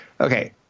Okay